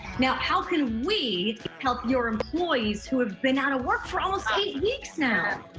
now, how can we help your employees who have been out of work for almost eight weeks now?